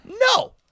No